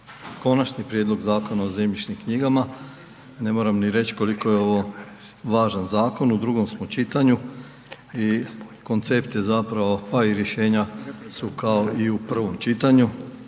Konači prijedlog Zakona o zemljišnim knjigama ne moram ni reći koliko je ovo važan zakon, u drugom smo čitanju i koncept je zapravo, a i rješenja su kao i u prvom čitanju.